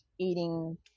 eating